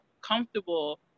comfortable